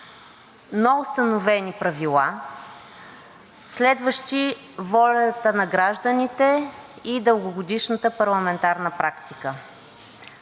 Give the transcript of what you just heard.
но установени правила, следващи волята на гражданите и дългогодишната парламентарна практика.